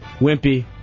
wimpy